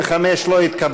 הסתייגות מס' 45 לא נתקבלה.